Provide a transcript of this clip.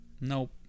Nope